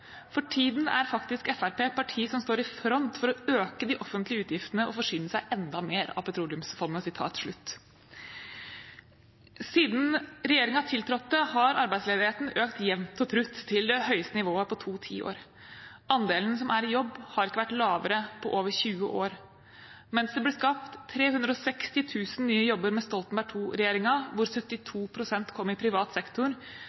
«For tiden er faktisk Fr.p. et parti som står i front for å øke de offentlige utgiftene og forsyne seg enda mer av petroleumsfondet.» Siden regjeringen tiltrådte, har arbeidsledigheten økt jevnt og trutt til det høyeste nivået på to tiår. Andelen som er i jobb, har ikke vært lavere på over 20 år. Mens det ble skapt 360 000 nye jobber med Stoltenberg II-regjeringen, hvor 72 pst. kom i privat sektor,